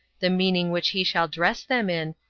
the meaning which he shall dress them in,